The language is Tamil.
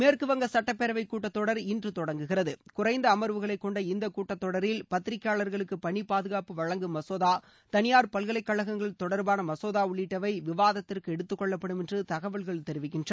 மேற்கு வங்க சுட்டப்பேரவை கூட்டத் தொடர் இன்று தொடங்குகிறது குறைந்த அமர்வுகளை கொண்ட இந்த கூட்டத்தொடரில் பத்திரிகையாளர்களுக்கு பணி பாதுகாப்பு வழங்கும் மசோதா தனியாா் பல்கலைக்கழகங்கள் தொடர்பான மசோதா உள்ளிட்டவை விவாதத்திற்கு எடுத்துக்கொள்ளப்படும் என்று தகவல்கள் தெரிவிக்கின்றன